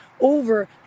over